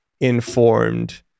informed